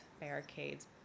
barricades